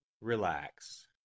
relax